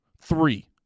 Three